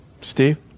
Steve